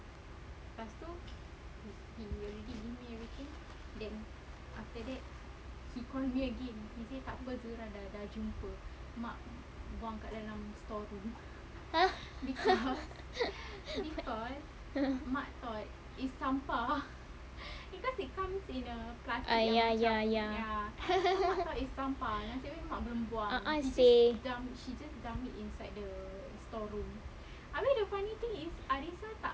!huh! ah ya ya ya a'ah seh